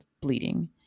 bleeding